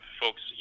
folks